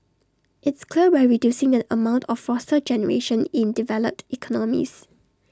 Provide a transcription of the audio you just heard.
it's clear we're reducing the amount of fossil generation in developed economies